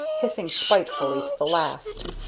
hissing spitefully to the last.